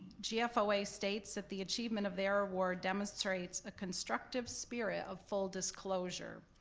gfoa states that the achievement of their award demonstrates a constructive spirit of full disclosure,